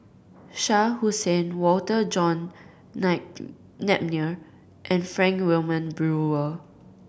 Shah Hussain Walter John Nape Napier and Frank Wilmin Brewer